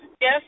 Yes